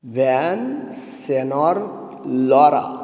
Villasenor Lara